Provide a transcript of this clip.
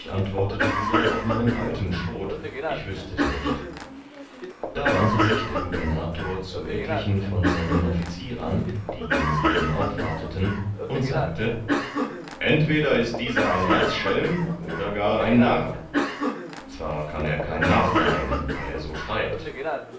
antwortete wieder auf meinen alten schrot ich wüßte es nicht da wandte sich der gubernator zu etlichen von seinen offizierern die ihm eben aufwarteten und sagte entweder ist dieser ein erzschelm oder gar ein narr zwar kann er kein narr sein weil er so schreibt